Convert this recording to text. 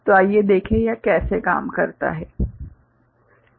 तो आइए देखें कि यह कैसे काम करता है ठीक है